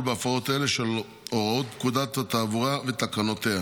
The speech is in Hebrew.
בהפרעות אלה של הוראות פקודת התעבורה ותקנותיה,